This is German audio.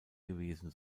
gewesen